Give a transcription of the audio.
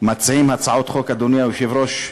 מציעים הצעות חוק, אדוני היושב-ראש,